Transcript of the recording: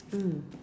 mm